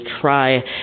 try